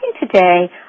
today